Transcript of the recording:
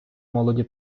молоді